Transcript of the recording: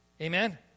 Amen